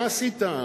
מה עשית?